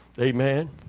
Amen